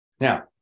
Now